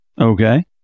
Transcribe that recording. Okay